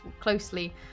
closely